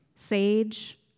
sage